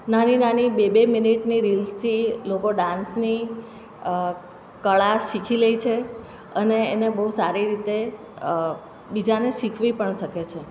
નાની નાની બે બે મિનિટની રીલ્સથી લોકો ડાન્સની કળા શીખી લે છે અને એને બહુ સારી રીતે બીજાને શીખવી પણ શકે છે